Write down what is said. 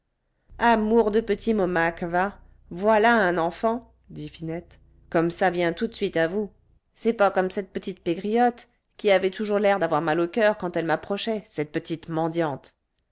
amour de petit momaque va voilà un enfant dit finette comme ça vient tout de suite à vous c'est pas comme la petite pégriotte qui avait toujours l'air d'avoir mal au coeur quand elle m'approchait cette petite mendiante